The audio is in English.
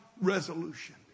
resolution